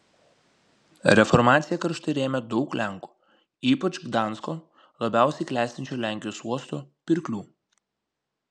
reformaciją karštai rėmė daug lenkų ypač gdansko labiausiai klestinčio lenkijos uosto pirklių